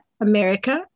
america